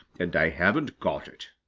and i haven't got it.